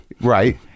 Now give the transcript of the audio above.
right